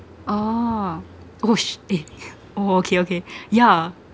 oh gosh eh oh okay okay yeah